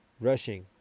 Rushing